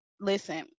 listen